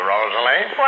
Rosalie